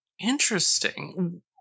Interesting